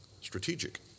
Strategic